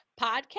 Podcast